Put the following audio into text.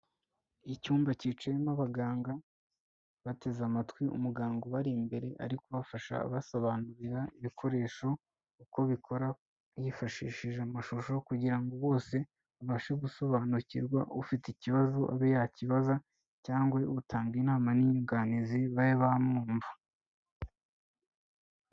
Icyumba cyicayemo abaganga, bateze amatwi umuganga ubari imbere ari kubafasha abasobanurira ibikoresho uko bikora yifashishije amashusho kugira ngo bose babashe gusobanukirwa, ufite ikibazo abe yakibaza cyangwa utanga inama n'inyunganizi babe bamwumva.